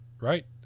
Right